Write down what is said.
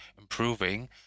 improving